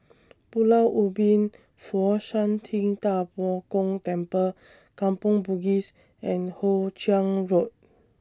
Pulau Ubin Fo Shan Ting DA Bo Gong Temple Kampong Bugis and Hoe Chiang Road